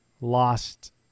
Lost